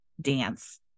Dance